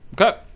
Okay